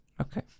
Okay